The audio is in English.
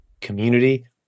community